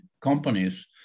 companies